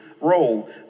role